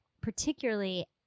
particularly